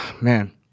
man